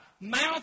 mouth